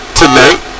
tonight